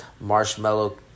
marshmallow